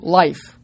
life